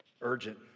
Urgent